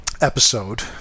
episode